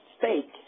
fake